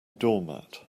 doormat